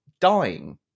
dying